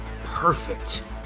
perfect